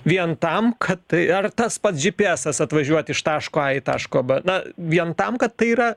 vien tam kad ta ar tas pats džypyesas atvažiuot iš taško a į tašką b na vien tam kad tai yra